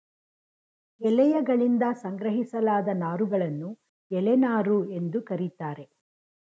ಎಲೆಯಗಳಿಂದ ಸಂಗ್ರಹಿಸಲಾದ ನಾರುಗಳನ್ನು ಎಲೆ ನಾರು ಎಂದು ಕರೀತಾರೆ